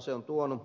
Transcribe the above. se on tuonut